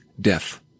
death